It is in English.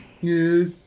Yes